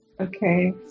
Okay